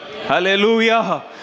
Hallelujah